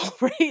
right